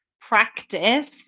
practice